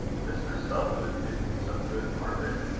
mr. sutherland did me some good, margaret.